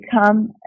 become